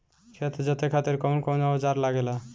खेत जोते खातीर कउन कउन औजार लागेला?